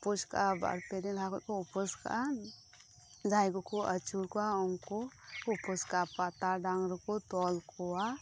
ᱩᱯᱟᱹᱥ ᱠᱟᱜᱼᱟ ᱵᱟᱨ ᱯᱮ ᱫᱤᱱ ᱞᱟᱦᱟ ᱠᱷᱚᱱ ᱠᱚ ᱩᱯᱟᱹᱥ ᱠᱟᱜᱼᱟ ᱡᱟᱦᱟᱸᱭ ᱠᱚᱠᱚ ᱟᱪᱩᱨ ᱠᱚᱣᱟ ᱩᱱᱠᱩ ᱠᱚ ᱩᱯᱟᱹᱥ ᱠᱟᱜᱼᱟ ᱯᱟᱛᱟ ᱰᱟᱝ ᱨᱮᱠᱚ ᱛᱚᱞ ᱠᱚᱣᱟ